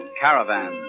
caravan